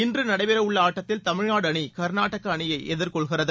இன்று நடைபெறவுள்ள ஆட்டத்தில் தமிழ்நாடு அணி கர்நாடக அணியை எதிர்கொள்கிறது